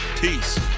Peace